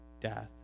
death